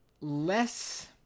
less